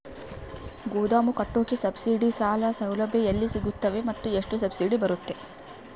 ಗೋದಾಮು ಕಟ್ಟೋಕೆ ಸಬ್ಸಿಡಿ ಸಾಲ ಸೌಲಭ್ಯ ಎಲ್ಲಿ ಸಿಗುತ್ತವೆ ಮತ್ತು ಎಷ್ಟು ಸಬ್ಸಿಡಿ ಬರುತ್ತೆ?